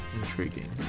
intriguing